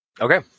Okay